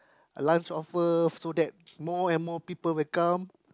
lunch offer so that more and more people will come